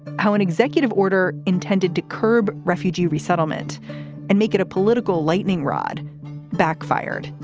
how an executive order intended to curb refugee resettlement and make it a political lightning rod backfired.